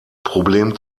problem